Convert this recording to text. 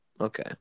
Okay